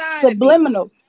subliminal